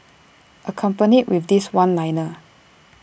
accompanied with this one liner